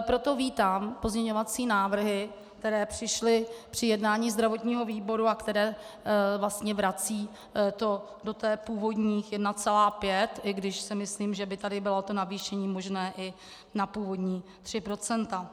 Proto vítám pozměňovací návrhy, které přišly při jednání zdravotního výboru a které to vlastně vracejí do původních 1,5, i když si myslím, že by tady bylo to navýšení možné i na původní 3 %.